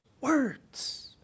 words